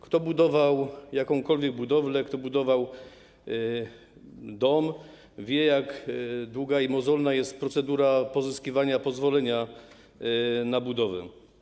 Kto budował jakąkolwiek budowlę, kto budował dom, wie, jak długa i mozolna jest procedura pozyskiwania pozwolenia na budowę.